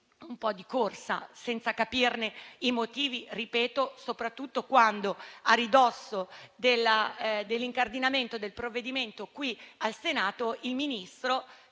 un po' di corsa, senza capirne i motivi, soprattutto quando, a ridosso dell'incardinamento del provvedimento qui al Senato, il Ministro